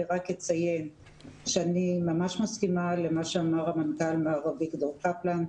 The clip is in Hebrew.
אני רק אציין שאני ממש מסכימה למה שאמר המנכ"ל מר אביגדור קפלן.